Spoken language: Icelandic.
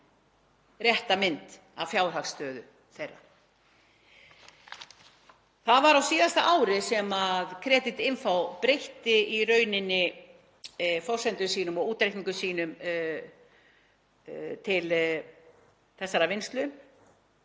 rétta mynd af fjárhagsstöðu þeirra. Það var á síðasta ári sem Creditinfo breytti forsendum sínum og útreikningum sínum til þessarar vinnslu,